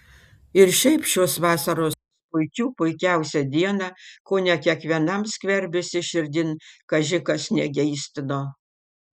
ir šiaip šios vasaros puikių puikiausią dieną kone kiekvienam skverbėsi širdin kaži kas negeistino